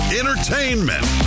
entertainment